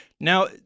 Now